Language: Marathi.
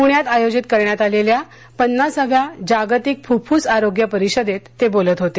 पुण्यात आयोजित करण्यात आलेल्या पन्नासाव्या जागतिक फुप्फुस आरोग्य परिषदेत ते बोलत होते